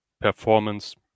performance